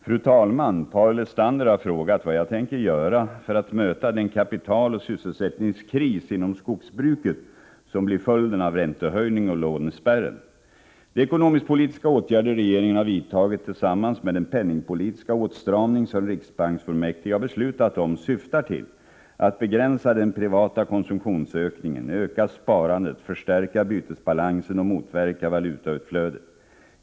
Fru talman! Paul Lestander har frågat vad jag tänker göra för att möta den Om räntehöjningkapitaloch sysselsättningskris inom skogsbruket som blir följden av örvocklånsrestrik: räntehöjningen och lånespärren. tionernas betydelse De ekonomisk-politiska åtgärder regeringen har vidtagit, tillsammans med förskogsbruket den penningpolitiska åtstramning som riksbanksfullmäktige har beslutat om, syftar till att begränsa den privata konsumtionsökningen, öka sparandet, förstärka bytesbalansen och motverka valutautflödet.